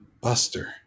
Buster